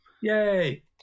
Yay